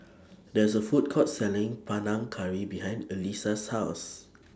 There IS A Food Court Selling Panang Curry behind Elissa's House